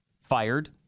fired